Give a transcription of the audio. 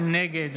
נגד